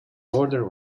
order